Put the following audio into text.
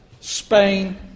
Spain